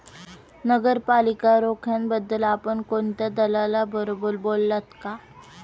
नगरपालिका रोख्यांबद्दल आपण कोणत्या दलालाबरोबर बोललात का?